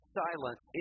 silence